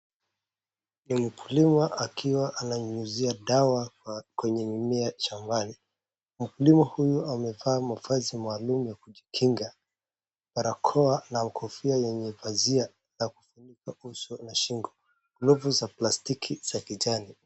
Mkulima akiwa ananyunyizia dawa kwenye mimea shambani, mkulima huyu amevaa mavazi maalum ya kujikinga, barakoa na kofia yenye pazia ya kufunika uso na shingo, glovu za plastiki za kijani.